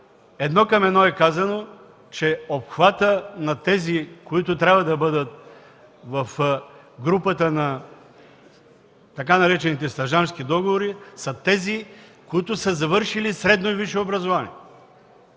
едно към едно е казано, че обхватът на тези, които трябва да бъдат в групата на така наречените „стажантски договори”, са тези, които са завършили средно и висше образование.